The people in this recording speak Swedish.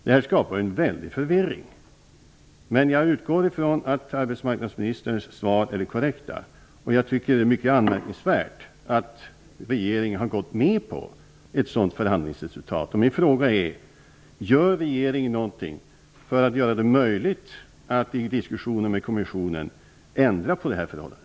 Detta skapar en stor förvirring, men jag utgår från att arbetsmarknadsministerns svar är det korrekta. Det är mycket anmärkningsvärt att regeringen har gått med på ett sådant förhandlingsresultat. Min fråga är: Gör regeringen någonting för att i diskussioner med kommissionen ändra på detta förhållande?